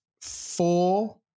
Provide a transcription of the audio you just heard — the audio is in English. four